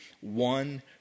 one